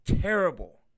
terrible